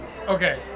Okay